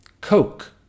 Coke